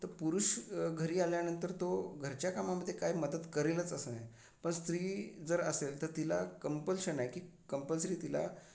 तर पुरुष घरी आल्यानंतर तो घरच्या कामामध्ये काय मदत करेलच असं नाही पण स्त्री जर असेल तर तिला कंपल्शन आहे की कम्पलसरी तिला